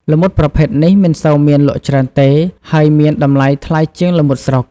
ល្មុតប្រភេទនេះមិនសូវមានលក់ច្រើនទេ ហើយមានតម្លៃថ្លៃជាងល្មុតស្រុក។